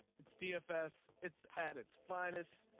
it's dfs. it's at its finest.